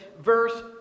Verse